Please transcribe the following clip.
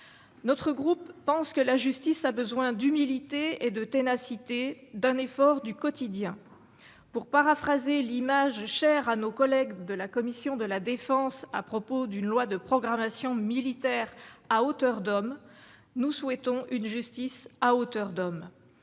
notre groupe pense que la justice a besoin d'humilité et de ténacité, d'un effort du quotidien, pour paraphraser l'image chère à nos collègues de la commission de la Défense à propos d'une loi de programmation militaire à hauteur d'homme, nous souhaitons une justice à hauteur d'homme